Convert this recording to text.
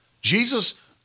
Jesus